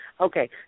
Okay